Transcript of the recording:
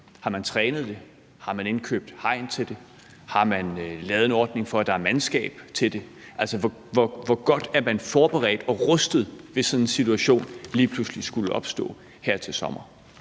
Har man trænet det? Har man indkøbt hegn til det? Har man lavet en ordning, for at der er mandskab til det? Altså, hvor godt er man forberedt og rustet, hvis sådan en situation lige pludselig skulle opstå her til sommer?